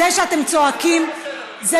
זה שאתם צועקים, זה לא בסדר, רויטל.